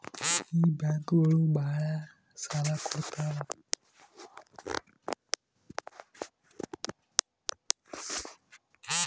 ಈ ಬ್ಯಾಂಕುಗಳು ಭಾಳ ಸಾಲ ಕೊಡ್ತಾವ